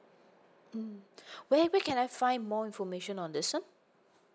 mm where where can I find more information on this one